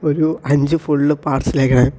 ഒരൂ അഞ്ച് full parcel അയക്കണേ